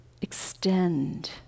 extend